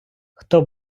хто